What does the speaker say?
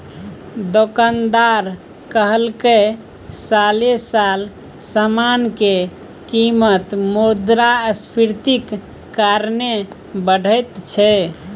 दोकानदार कहलकै साले साल समान के कीमत मुद्रास्फीतिक कारणे बढ़ैत छै